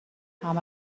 همه